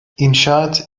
i̇nşaat